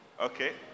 Okay